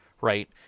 right